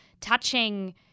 touching